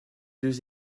deux